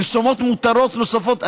פרסומות מותרות נוספות,